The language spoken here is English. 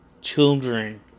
children